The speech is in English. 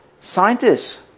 scientists